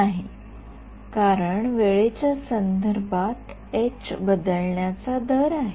नाही कारण वेळेच्या संदर्भात एच बदलण्याचा दर आहे